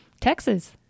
Texas